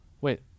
Wait